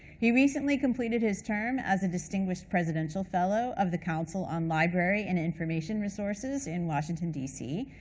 he recently completed his term as a distinguished presidential fellow of the council on library and information resources in washington, d c,